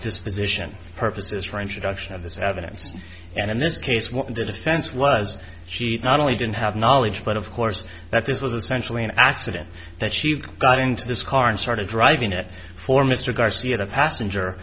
disposition purposes for introduction of this evidence and in this case what the defense was she not only didn't have knowledge but of course that this was essentially an accident that she got into this car and started driving it for mr garcia the passenger